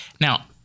Now